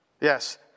Yes